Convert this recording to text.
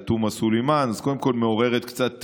תומא סלימאן קודם כול מעוררת קצת תמיהה.